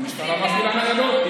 המשטרה מפעילה ניידות.